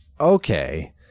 okay